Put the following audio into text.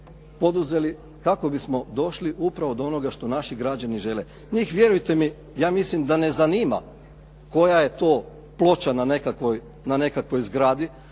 kako bismo došli upravo do onoga što naši građani žele. Njih vjerujte mi, ja mislim da ne zanima koja je to ploča na nekakvoj zgradi,